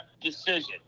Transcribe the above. decision